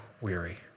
weary